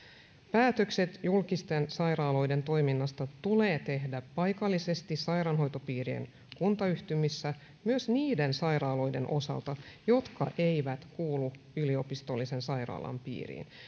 päätökset julkisten sairaaloiden toiminnasta tulee tehdä paikallisesti sairaanhoitopiirien kuntayhtymissä myös niiden sairaaloiden osalta jotka eivät kuulu yliopistollisen sairaalan piiriin